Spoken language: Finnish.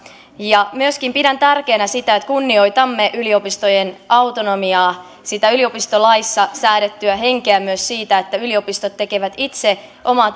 myöskin pidän tärkeänä sitä että kunnioitamme yliopistojen autonomiaa sitä yliopistolaissa säädettyä henkeä myös siinä että yliopistot tekevät itse omaa